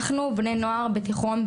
אנחנו בני נוער בתיכון,